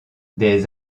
des